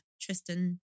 Tristan